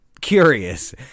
curious